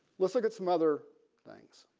let's look at some other things.